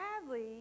sadly